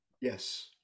Yes